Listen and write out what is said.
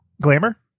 Glamour